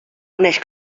uneix